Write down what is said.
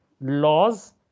laws